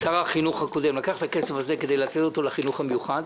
שר החינוך הקודם לקח את הכסף הזה כדי לתת אותו לחינוך המיוחד,